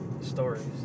stories